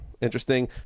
interesting